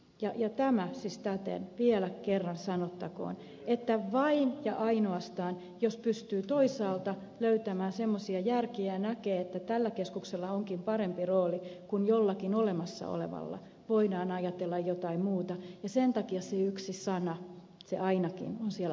tämä siis täten vielä kerran sanottakoon että vain ja ainoastaan jos pystyy toisaalta löytämään semmoista järkeä ja näkee että tällä keskuksella onkin parempi rooli kuin jollakin olemassa olevalla voidaan ajatella jotain muuta ja sen takia se yksi sana ainakin on siellä hallituksen esityksessä